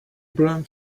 broom